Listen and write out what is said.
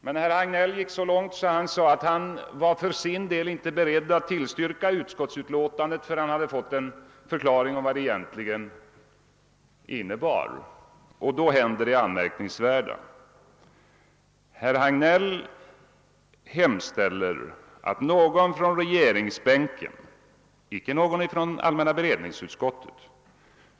Herr Hagnell gick emellertid så långt att han för sin del inte var beredd att tillstyrka utskottets utlåtande förrän han hade fått en förklaring beträffande dess egentliga innebörd. Sedan hände det anmärkningsvärda, nämligen att herr Hagnell hemställde att någon från regeringsbänken — icke någon företrädare för allmänna beredningsutskottet.